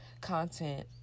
content